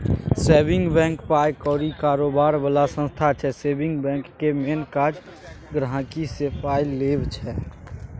saving bank पाइ कौरी कारोबार बला संस्था छै सेबिंग बैंकक मेन काज गांहिकीसँ पाइ लेब छै